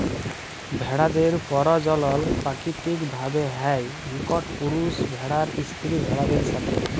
ভেড়াদের পরজলল পাকিতিক ভাবে হ্যয় ইকট পুরুষ ভেড়ার স্ত্রী ভেড়াদের সাথে